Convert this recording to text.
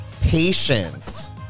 patience